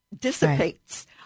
dissipates